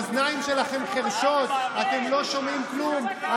האוזניים שלכם חירשות, אתם לא שומעים כלום.